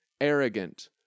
arrogant